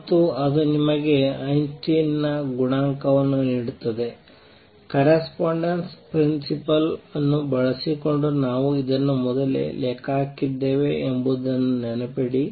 ಮತ್ತು ಅದು ನಿಮಗೆ ಐನ್ಸ್ಟೈನ್ ನ ಗುಣಾಂಕವನ್ನೂ ನೀಡುತ್ತದೆ ಕರೆಸ್ಪಾಂಡೆನ್ಸ್ ಪ್ರಿನ್ಸಿಪಲ್ ಅನ್ನು ಬಳಸಿಕೊಂಡು ನಾವು ಇದನ್ನು ಮೊದಲೇ ಲೆಕ್ಕ ಹಾಕಿದ್ದೇವೆ ಎಂಬುದನ್ನು ನೆನಪಿಡಿ